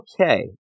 okay